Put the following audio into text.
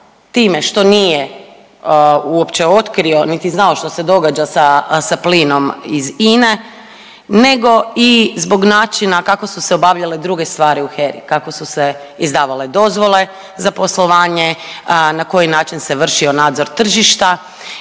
što nije uopće otkrio niti znao što se događa sa, sa plinom iz INA-e nego i zbog načina kako su se obavljale druge stvari u HERA-i, kako su se izdavale dozvole za poslovanje, na koji način se vršio nadzor tržišta